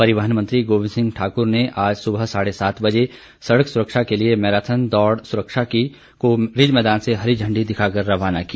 परिवहन मंत्री गोविंद सिंह ठाक्र ने आज सुबह साढ़े सात बजे सड़क सुरक्षा के लिए मैराथन दौड़ सुरक्षा की को रिज मैदान से हरी झंडी दिखाकर रवाना किया